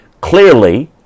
clearly